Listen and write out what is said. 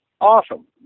awesome